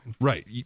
Right